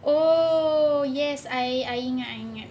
oh yes I ain !aiya!